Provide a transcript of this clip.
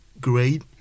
great